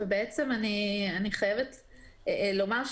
ובעצם אני חייבת לומר,